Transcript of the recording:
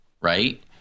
Right